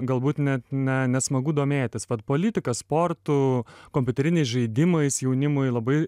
galbūt net ne nesmagu domėtis politika sportu kompiuteriniais žaidimais jaunimui labai